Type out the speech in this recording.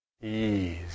ease